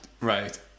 right